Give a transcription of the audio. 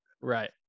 Right